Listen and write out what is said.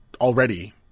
already